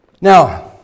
Now